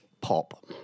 pop